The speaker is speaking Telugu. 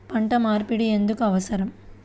పంట మార్పిడి ఎందుకు అవసరం?